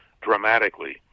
dramatically